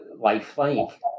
lifelike